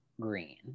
green